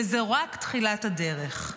וזו רק תחילת הדרך.